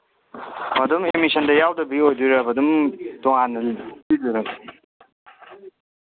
ꯑꯗꯨꯝ ꯑꯦꯗꯃꯤꯁꯟꯗ ꯌꯥꯎꯗꯕꯤ ꯑꯣꯏꯗꯣꯏꯔꯕ ꯑꯗꯨꯝ ꯇꯣꯉꯥꯟꯅ